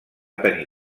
tenir